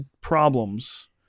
problems